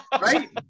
right